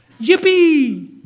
Yippee